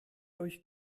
euch